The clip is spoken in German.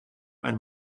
ein